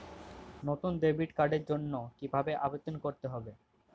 নতুন ডেবিট কার্ডের জন্য কীভাবে আবেদন করতে হবে?